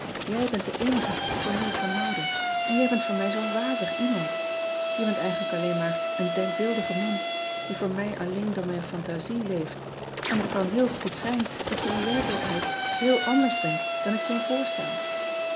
ij bent de eenige van wien ik kan houden en jij bent voor mij zoo n wazig iemand e bent eigenlijk alleen maar een denkbeeldige man die voor mij alleen door mijn fantasie leeft en het kan heel goed zijn dat je in werkelijkheid heel anders bent dat ik je me voorstel